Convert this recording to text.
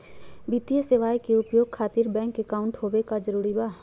वित्तीय सेवाएं के उपयोग खातिर बैंक अकाउंट होबे का जरूरी बा?